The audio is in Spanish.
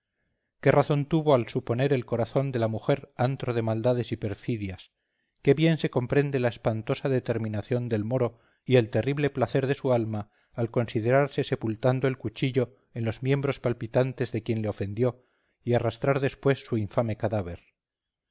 qué razón tuvo al suponer el corazón de la mujer antro de maldades y perfidias qué bien se comprende la espantosa determinación del moro y el terrible placer de su alma al considerarse sepultando el cuchillo en los miembros palpitantes de quien le ofendió y arrastrar después su infame cadáver